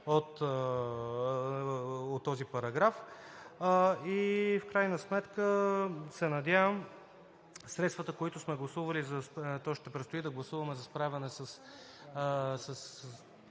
от този параграф. В крайна сметка се надявам средствата, които сме гласували, тоест предстои да гласуваме, за справяне с